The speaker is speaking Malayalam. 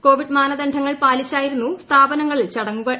കോവിഡ് മാനദണ്ഡങ്ങൾ പാലിച്ചായിരുന്നു സ്ഥാപനങ്ങളിൽ ചടങ്ങുകൾ